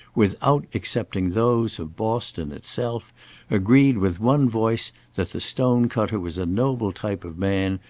without excepting those of boston itself agreed with one voice that the stone-cutter was a noble type of man,